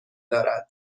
دارد